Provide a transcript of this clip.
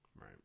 Right